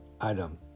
Adam